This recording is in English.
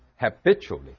habitually